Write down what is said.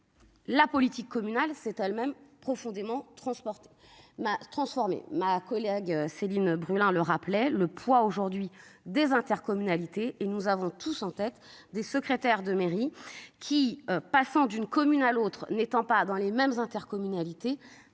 La politique communale c'est même profondément transporté m'a transformé ma collègue Céline Brulin le rappelait le poids aujourd'hui des intercommunalités et nous avons tous en tête des secrétaires de mairie qui passant d'une commune à l'autre n'étant pas dans les mêmes intercommunalités